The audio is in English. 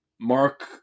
Mark